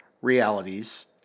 realities